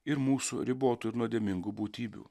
ir mūsų ribotų ir nuodėmingų būtybių